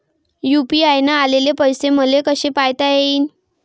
UPI न आलेले पैसे मले कसे पायता येईन?